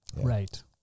Right